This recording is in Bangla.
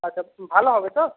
আচ্ছা ভালো হবে তো